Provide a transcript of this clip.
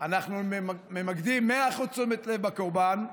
אנחנו ממקדים 100% תשומת לב בקורבן,